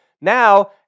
Now